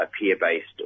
peer-based